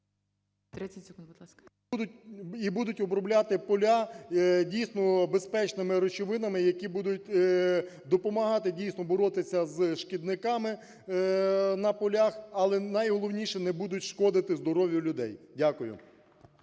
І будуть обробляти поля дійсно безпечними речовинами, які будуть допомагати дійсно боротися з шкідниками на полях, але, найголовніше, не будуть шкодити здоров'ю людей. Дякую.